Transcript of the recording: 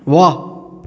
ਵਾਹ